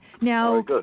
Now